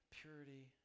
purity